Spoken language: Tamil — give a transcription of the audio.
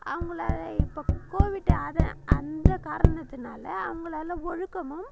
அவங்களால இப்போ கோவிட்டு அதை அந்த காரணத்துனால் அவங்களால ஒழுக்கமும்